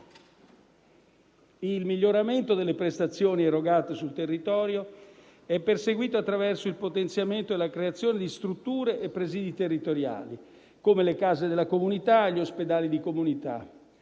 Il miglioramento delle prestazioni erogate sul territorio è perseguito attraverso il potenziamento e la creazione di strutture e presidi territoriali (come le case della comunità e gli ospedali di comunità),